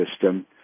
system